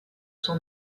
son